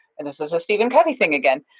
and this is a stephen covey thing again.